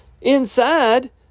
inside